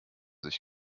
sich